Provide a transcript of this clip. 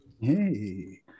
Hey